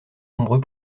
nombreux